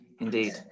indeed